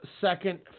second